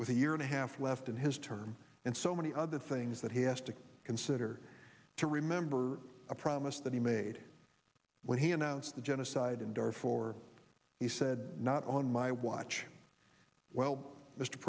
with a year and a half left in his term and so many other things that he has to consider to remember a promise that he made when he announced the genocide in darfur he said not on my watch well mr